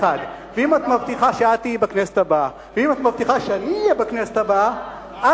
ואם את מבטיחה שאני אהיה בכנסת הבאה,